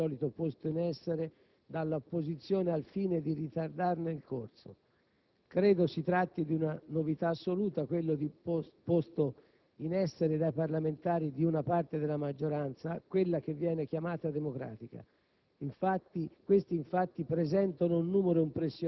L'ostruzionismo dei lavori parlamentari, infatti, è di solito posto in essere dall'opposizione al fine di ritardarne il corso. Credo sia una novità assoluta quello posto in essere dai parlamentari di una parte della maggioranza, quella che viene chiamata democratica: